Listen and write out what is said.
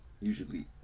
Usually